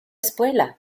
espuela